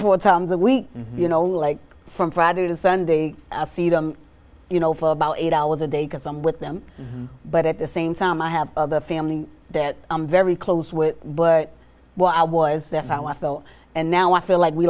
four times a week you know like from friday to sunday i see them you know for about eight hours a day because i'm with them but at the same time i have other family that i'm very close with but what i was that's how i felt and now i feel like we